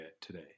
today